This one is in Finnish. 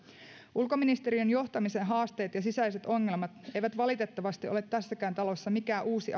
ulkoministeriön johtamisen haasteet ja sisäiset ongelmat eivät valitettavasti ole tässäkään talossa mikään uusi